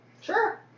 Sure